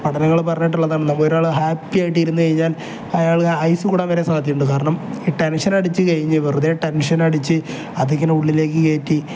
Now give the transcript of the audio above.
പഠനങ്ങൾ പറഞ്ഞിട്ടുള്ളതാണ് നമ്മൾ ഒരാൾ ഹാപ്പി ആയിട്ട് ഇരുന്ന് കഴിഞ്ഞാൽ അയാൾ ആയുസ്സ് കൂടാൻ വരെ സാധ്യതയുണ്ട് കാരണം ഈ ടെൻഷൻ അടിച്ച് കഴിഞ്ഞ് വെറുതെ ടെൻഷൻ അടിച്ച് അതിങ്ങനെ ഉള്ളിലേക്ക് കയറ്റി